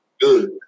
Good